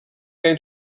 going